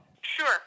sure